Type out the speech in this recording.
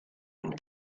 and